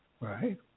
right